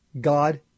God